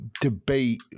debate –